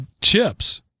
chips